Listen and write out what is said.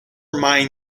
mind